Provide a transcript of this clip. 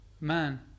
man